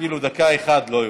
אפילו דקה אחת לא יותר.